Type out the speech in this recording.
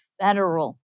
federal